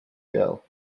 girl